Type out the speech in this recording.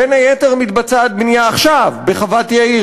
בין היתר מתבצעת בנייה עכשיו בחוות-יאיר,